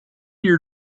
your